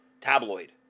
tabloid